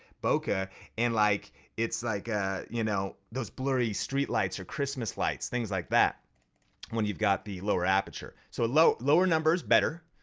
bokke ah and like it's like ah you know those blurry street lights or christmas lights, things like that when you've got the lower aperture. so low lower number is better,